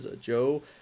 Joe